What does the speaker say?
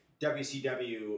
WCW